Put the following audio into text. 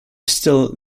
still